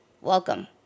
Welcome